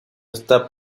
esta